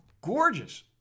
gorgeous